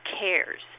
cares